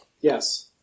Yes